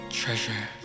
treasure